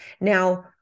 Now